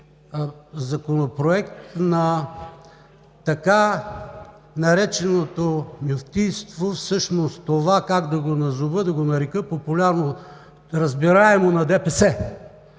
законопроект, на така нареченото Мюфтийство, всъщност това как да го назова, да го нарека популярно, разбираемо – на ДПС.